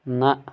نہَ